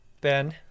Ben